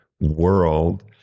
world